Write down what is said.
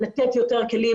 לתת יותר כלים,